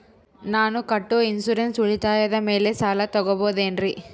ನಾನು ಕಟ್ಟೊ ಇನ್ಸೂರೆನ್ಸ್ ಉಳಿತಾಯದ ಮೇಲೆ ಸಾಲ ತಗೋಬಹುದೇನ್ರಿ?